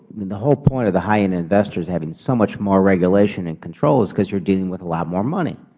the whole point of the high end investors having so much more regulation and control is because you are dealing with a lot more money.